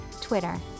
twitter